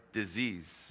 disease